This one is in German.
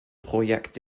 projekt